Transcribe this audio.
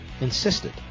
insisted